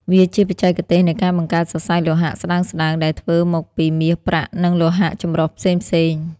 វាជាបច្ចេសទេសនៃការបង្កើតសរសៃលោហៈស្តើងៗដែលធ្វើមកពី មាស ប្រាក់ និងលោហៈចម្រុះផ្សេងៗ។